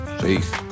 Peace